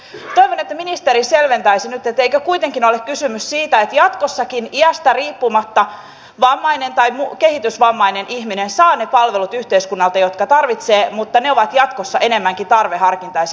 toivon että ministeri selventäisi nyt eikö kuitenkin ole kysymys siitä että jatkossakin iästä riippumatta vammainen tai kehitysvammainen ihminen saa yhteiskunnalta ne palvelut jotka tarvitsee mutta ne ovat jatkossa enemmänkin tarveharkintaisia